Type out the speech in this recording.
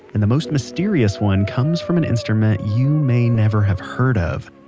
and the most mysterious one comes from an instrument you may never have heard of.